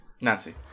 Nancy